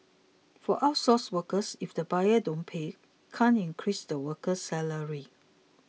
for outsourced workers if the buyers don't pay can't increase the worker's salary